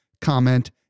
comment